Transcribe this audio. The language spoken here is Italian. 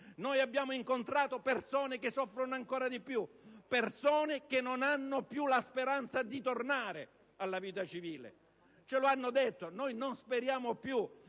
abbiamo incontrato persone che soffrono ancora di più, persone che non hanno più la speranza di tornare alla vita civile e ce lo hanno detto: «Noi non speriamo più»,